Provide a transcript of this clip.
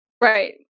Right